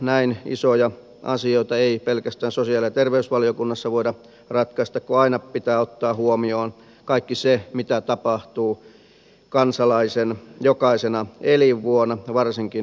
näin isoja asioita ei pelkästään sosiaali ja terveysvaliokunnassa voida ratkaista kun aina pitää ottaa huomioon kaikki se mitä tapahtuu kansalaisen jokaisena elinvuonna varsinkin työuran aikana